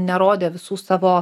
nerodė visų savo